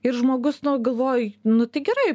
ir žmogus nu galvoja nu tai gerai